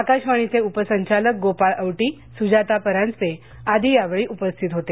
आकाशवाणीचे उपसंचालक गोपाळ अवटी सुजाता परांजपे आदी या वेळी उपस्थित होते